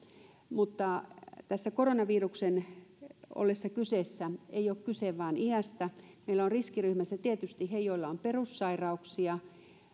mutta tässä koronaviruksen ollessa kyseessä ei ole kyse vain iästä meillä ovat riskiryhmässä tietysti he joilla on perussairauksia